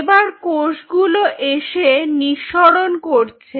এবার কোষগুলো এসে নিঃসরণ করছে